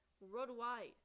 worldwide